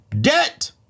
debt